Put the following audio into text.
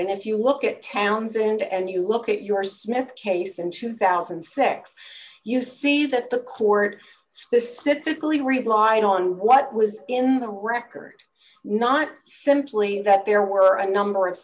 and if you look at townsend and you look at your smith case in two thousand and six you see that the court specifically relied on what was in the record not simply that there were a number of